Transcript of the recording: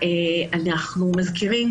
אנחנו מזכירים,